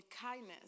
kindness